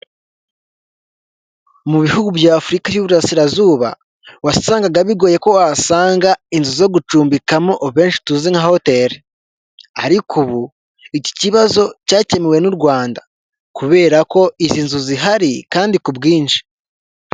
Mu bihugu by’Afurika y’uburasirazuba, wasangaga bigoye ko wasanga inzu zo gucumbikamo abenshi tuzi nka hoteli. Ariko ubu, iki kibazo cyakemuwe n’u Rwanda kubera ko izi nzu zihari kandi ku bwinshi.